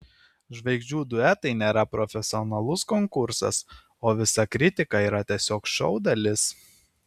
žvaigždžių duetai nėra profesionalus konkursas o visa kritika yra tiesiog šou dalis